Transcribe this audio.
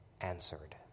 answered